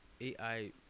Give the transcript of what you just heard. ai